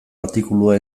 artikulua